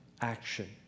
action